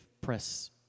press